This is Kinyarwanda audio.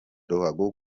ruhago